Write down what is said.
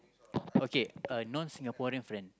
okay a non Singaporean friend